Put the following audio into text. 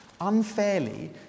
unfairly